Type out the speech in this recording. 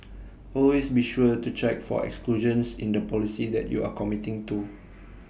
always be sure to check for exclusions in the policy that you are committing to